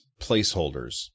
placeholders